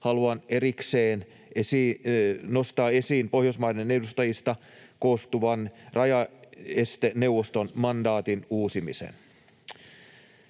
haluan erikseen nostaa esiin Pohjoismaiden edustajista koostuvan rajaesteneuvoston mandaatin uusimisen.